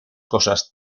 cosas